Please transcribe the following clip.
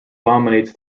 dominates